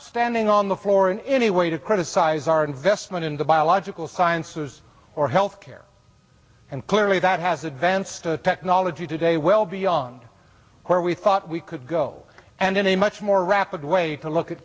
standing on the floor in any way to criticize our investment in the biological sciences or health care and clearly that has advanced technology today well beyond where we thought we could go and in a much more rapid way to look at